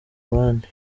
abandi